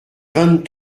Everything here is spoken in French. vingt